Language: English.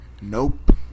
Nope